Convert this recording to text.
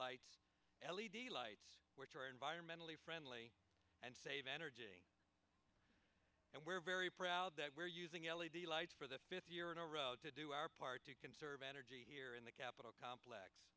lights l e d lights which are environmentally friendly and save energy and we're very proud that we're using l e d lights for the fifth year in a row to do our part to conserve energy here in the capitol complex